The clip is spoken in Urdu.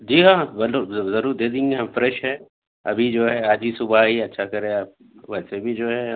جی ہاں ضرور ضرور دے دیں گے فریش ہے ابھی جو ہے آج ہی صبح آئی ہے اچھا کرے آپ ویسے بھی جو ہے ہم